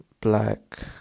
Black